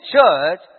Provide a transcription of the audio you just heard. church